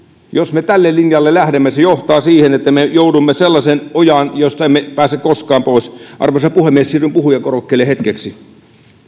jos me tälle linjalle lähdemme se johtaa siihen että me joudumme sellaiseen ojaan josta emme pääse koskaan pois arvoisa puhemies siirryn puhujakorokkeelle hetkeksi